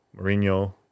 Mourinho